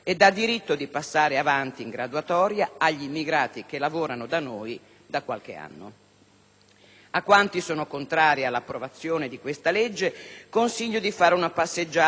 agli immigrati che lavorano da noi da qualche anno. A quanti sono contrari all'approvazione di questa legge consiglio di fare una passeggiata tra le casi popolari delle periferie,